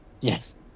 Yes